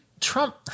Trump